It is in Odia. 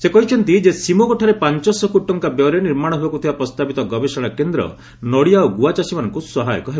ସେ କହିଛନ୍ତି ଯେ ସିମୋଗା ଠାରେ ପାଞ୍ଚଶହ କୋଟି ଟଙ୍କାର ବ୍ୟୟରେ ନିର୍ମାଣ ହେବାକୁ ଥିବା ପ୍ରସ୍ତାବିତ ଗବେଷଣା କେନ୍ଦ୍ର ନଡିଆ ଓ ଗୁଆଚାଷୀମାନଙ୍କୁ ସହାୟକ ହେବ